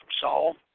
Saul